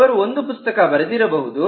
ಅವರು ಒಂದು ಪುಸ್ತಕ ಬರೆದಿರಬಹುದು